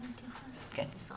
אני חושבת